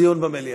דיון במליאה.